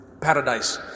paradise